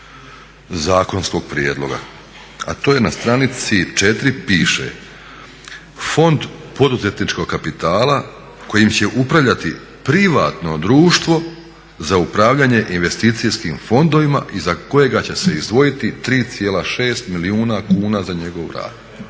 zakonskog prijedloga. A to je na str. 4 piše: "Fond poduzetničkog kapitala kojim će upravljati privatno društvo za upravljanje investicijskim fondovima i za kojega će se izdvojiti 3,6 milijuna kuna za njegov rad."